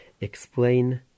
explain